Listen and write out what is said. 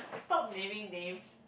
stop naming names